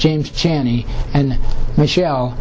james chaney and michel